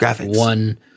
one